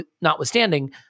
notwithstanding